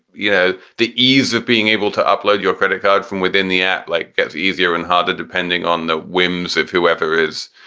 you know, the ease of being able to upload your credit card from within the app like gets easier and harder depending on the whims of whoever is,